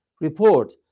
report